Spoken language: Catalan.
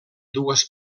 dues